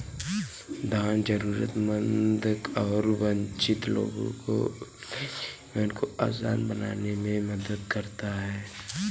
दान जरूरतमंद और वंचित लोगों को उनके जीवन को आसान बनाने में मदद करता हैं